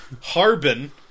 Harbin